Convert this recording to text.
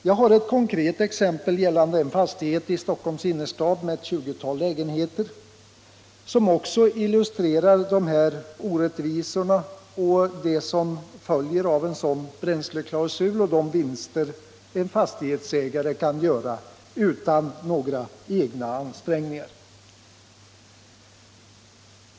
Jag har ett konkret exempel gällande en fastighet i Stockholms innerstad med ett tjugotal lägenheter, som också illustrerar de orättvisor som följer av en sådan bränsleklausul och de vinster en fastighetsägare kan göra utan några egna ansträngningar.